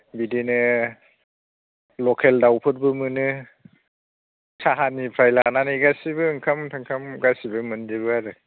बिदिनो लकेल दाउफोरबो मोनो साहानिफ्राय लानानै गासैबो ओंखाम थोंखाम गासिबो मोनजोबो आरो